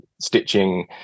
stitching